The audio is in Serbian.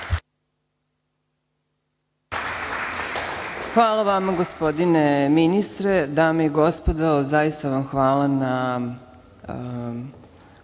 Hvala vama, gospodine ministre. Dame i gospodo, zaista vam hvala na